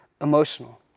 emotional